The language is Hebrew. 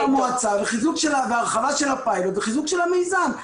המועצה והרחבה של הפיילוט וחיזוק של המיזם.